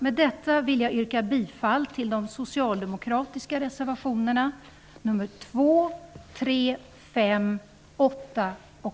Med detta vill jag yrka bifall till de socialdemokratiska reservationerna 2, 3, 5, 8 och